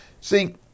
See